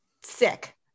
Sick